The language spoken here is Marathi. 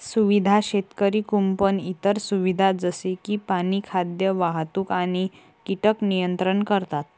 सुविधा शेतकरी कुंपण इतर सुविधा जसे की पाणी, खाद्य, वाहतूक आणि कीटक नियंत्रण करतात